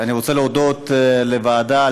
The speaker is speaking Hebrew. אני רוצה להודות לוועדה,